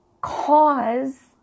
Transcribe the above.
cause